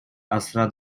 асра